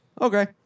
okay